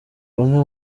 bamwe